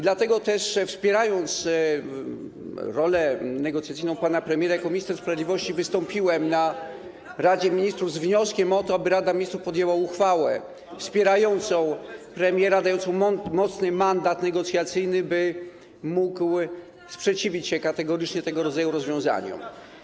I dlatego też, wspierając rolę negocjacyjną pana premiera, jako minister sprawiedliwości wystąpiłem na Radzie Ministrów z wnioskiem o to, aby Rada Ministrów podjęła uchwałę wspierającą premiera, dającą mocny mandat negocjacyjny, by mógł sprzeciwić się kategorycznie tego rodzaju rozwiązaniom.